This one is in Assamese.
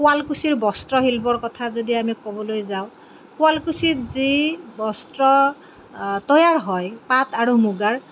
শুৱালকুছিৰ বস্ত্ৰশিল্পৰ কথা যদি আমি ক'বলৈ যাওঁ শুৱালকুছিত যি বস্ত্ৰ তৈয়াৰ হয় পাট আৰু মুগাৰ